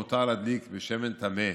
מותר להדליק בשמן טמא.